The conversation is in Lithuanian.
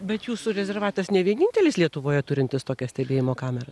bet jūsų rezervatas ne vienintelis lietuvoje turintis tokią stebėjimo kamerą